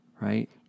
Right